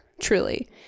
truly